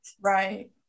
Right